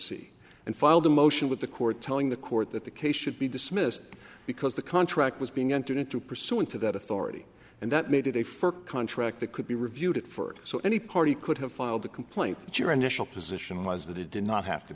c and filed a motion with the court telling the court that the case should be dismissed because the contract was being entered into pursuant to that authority and that made it a fair contract that could be reviewed it for so any party could have filed the complaint that your initial position was that it did not have to